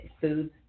foods